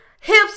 hips